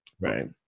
Right